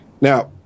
Now